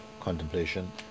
contemplation